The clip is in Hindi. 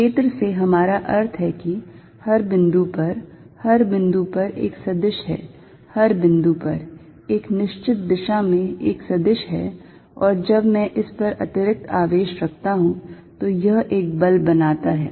क्षेत्र से हमारा अर्थ है कि हर बिंदु पर हर बिंदु पर एक सदिश है हर बिंदु पर एक निश्चित दिशा में एक सदिश है और जब मैं इस पर अतिरिक्त आवेश रखता हूं तो यह एक बल बनाता है